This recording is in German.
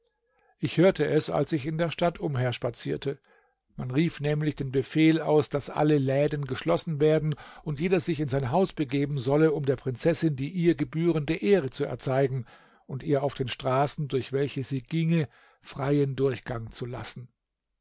ich hörte es als ich in der stadt umherspazierte man rief nämlich den befehl aus daß alle läden geschlossen werden und jeder sich in sein haus begeben solle um der prinzessin die ihr gebührende ehre zu erzeigen und ihr auf den straßen durch welche sie ginge freien durchgang zu lassen